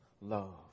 love